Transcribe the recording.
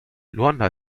luanda